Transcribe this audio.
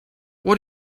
what